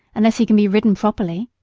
unless he can be ridden properly.